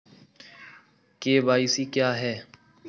KYC क्या है?